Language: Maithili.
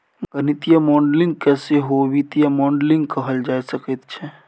गणितीय मॉडलिंग केँ सहो वित्तीय मॉडलिंग कहल जा सकैत छै